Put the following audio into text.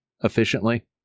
efficiently